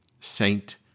saint